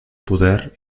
poder